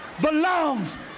belongs